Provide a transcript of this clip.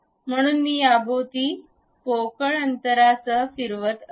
म्हणून मी याभोवती पोकळ अंतरासह फिरवत असतो